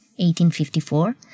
1854